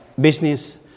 business